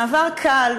מעבר קל,